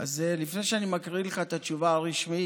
לפני שאני מקריא לך את התשובה הרשמית,